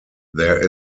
there